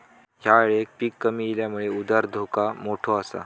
ह्या येळेक पीक कमी इल्यामुळे उधार धोका मोठो आसा